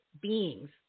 beings